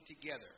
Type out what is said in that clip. together